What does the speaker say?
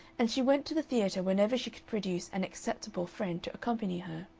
and she went to the theatre whenever she could produce an acceptable friend to accompany her.